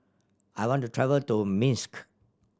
I want to travel to Minsk